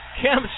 Kim